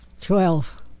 Twelve